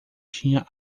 tinha